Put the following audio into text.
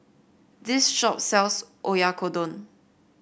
this shop sells Oyakodon